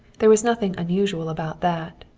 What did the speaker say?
there was nothing unusual about that.